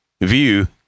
view